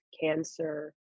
cancer